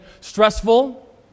stressful